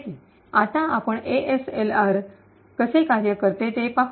आता आपण एएसएलआर कसे कार्य करते ते पाहू